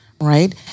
Right